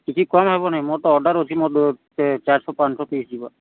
କିଛି କମ ହେବ ନାଇଁ ମୋର ତ ଅର୍ଡର୍ ଅଛି ମୋର ଚାରିଶହ ପାଞ୍ଚଶହ ପିସ ଯିବ